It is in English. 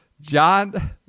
John